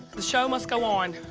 the show must go on.